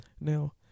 Now